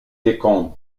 décombres